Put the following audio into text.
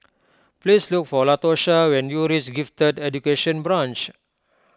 please look for Latosha when you reach Gifted Education Branch